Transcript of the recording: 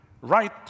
right